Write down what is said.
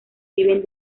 viven